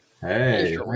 Hey